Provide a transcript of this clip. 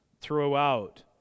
throughout